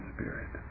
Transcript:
Spirit